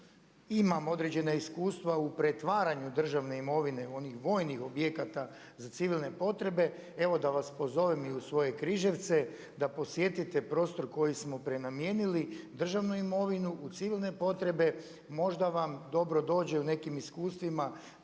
imam određena iskustva u pretvaranju državne imovine onih vojnih objekata za civilne potrebe, evo da vas pozovem i u svoje Križevce da posjetite prostor koji smo prenamijenili državnu imovinu u civilne potrebe, možda vam dobro dođe u nekim iskustvima